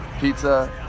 Pizza